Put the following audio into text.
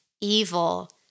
evil